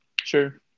Sure